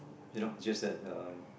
you know just that um